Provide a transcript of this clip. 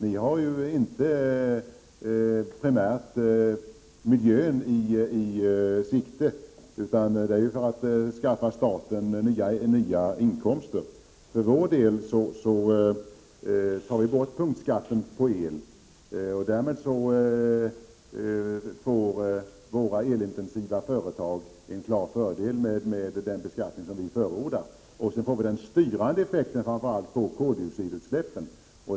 Ni har inte primärt miljön i sikte. Vi tar för vår del bort punktskatter på el, och därmed får de elintensiva företagen en klar fördel, och det blir den styrande effekten framför allt på koldioxidutsläppen.